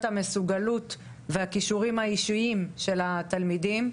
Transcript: המסוגלות והכישורים האישיים של התלמידים,